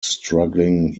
struggling